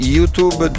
YouTube